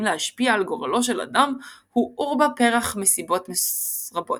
להשפיע על גורלו של אדם הוא עורבא פרח מסיבות רבות.